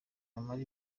bamara